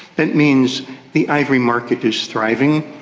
it means the ivory market is thriving.